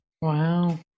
Wow